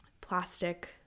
plastic